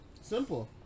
Simple